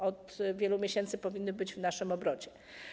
Od wielu miesięcy powinny być w naszym obrocie.